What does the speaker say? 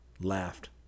laughed